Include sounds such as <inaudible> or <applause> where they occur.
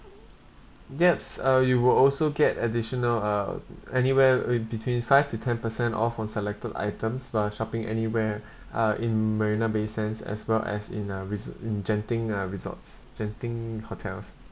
yes uh you will also get additional uh anywhere in between five to ten percent off on selected items while shopping anywhere <breath> uh in marina bay sands as well as in uh res~ in genting uh resorts genting hotels